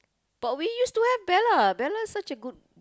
but we used to have Bella Bella such a good